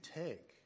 take